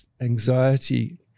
anxiety